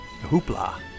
hoopla